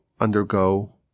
undergo